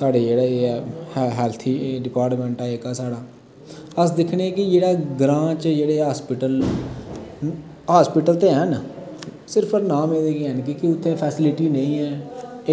साढ़ै जेह्डा एह् ऐ हैल्थ गी डिपार्टमेन्ट ऐ जेह्का साढा अस दिखने आ की जि' यै ग्रां च जेहड़े हास्पिटल न हास्पिटल ते हैन सिरफ नामे दे गै न कीके उत्थे फैसिलिटी नेई ऐ